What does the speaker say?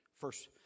First